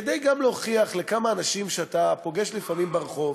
כדי להוכיח לכמה אנשים שאתה פוגש לפעמים ברחוב,